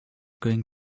going